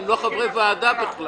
זה לא חברי ועדה בכלל.